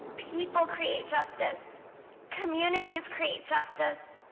people create justice communities create justice